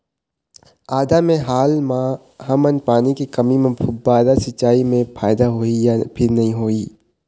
आदा मे हाल मा हमन पानी के कमी म फुब्बारा सिचाई मे फायदा होही या फिर नई होही?